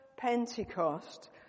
Pentecost